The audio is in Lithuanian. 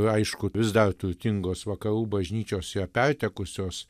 aišku vis dar turtingos vakarų bažnyčios yra pertekusios